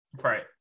Right